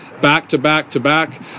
back-to-back-to-back